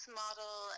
model